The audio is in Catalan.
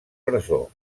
presó